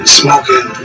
smoking